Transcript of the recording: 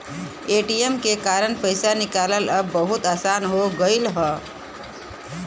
ATM के कारन पइसा निकालना अब बहुत आसान हो गयल हौ